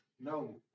No